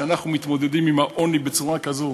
כשאנחנו מתמודדים עם העוני בצורה כזאת?